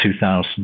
2000